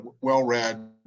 well-read